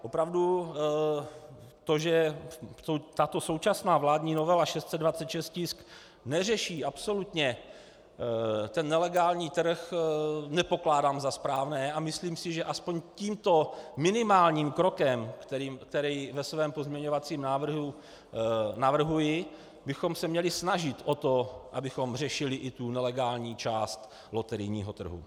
Opravdu to, že tato současná vládní novela, tisk 626, neřeší absolutně ten nelegální trh, nepokládám za správné a myslím si, že aspoň tímto minimálním krokem, který ve svém pozměňovacím návrhu navrhuji, bychom se měli snažit o to, abychom řešili i tu nelegální část loterijního trhu.